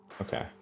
Okay